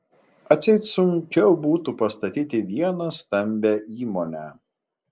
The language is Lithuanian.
atseit sunkiau būtų pastatyti vieną stambią įmonę